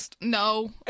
no